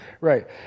Right